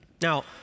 Now